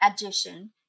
addition